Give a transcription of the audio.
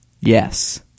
Yes